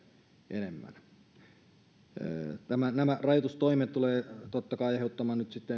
enemmän nämä rajoitustoimet tulevat totta kai aiheuttamaan nyt sitten